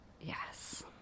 yes